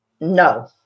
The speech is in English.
No